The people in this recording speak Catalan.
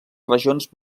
regions